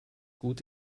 gut